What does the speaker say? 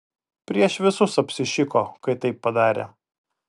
prieš visus apsišiko kai taip padarė